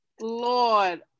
Lord